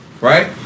right